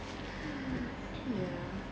ya